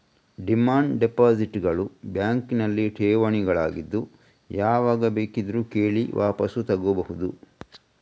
demand deposit ಗಳು ಬ್ಯಾಂಕಿನಲ್ಲಿ ಠೇವಣಿಗಳಾಗಿದ್ದು ಯಾವಾಗ ಬೇಕಿದ್ರೂ ಕೇಳಿ ವಾಪಸು ತಗೋಬಹುದು